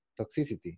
toxicity